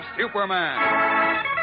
Superman